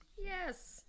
yes